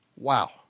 Wow